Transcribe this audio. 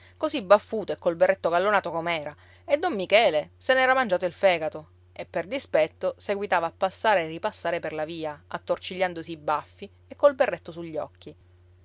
così baffuto e col berretto gallonato com'era e don michele se n'era mangiato il fegato e per dispetto seguitava a passare e ripassare per la via attorcigliandosi i baffi e col berretto sugli occhi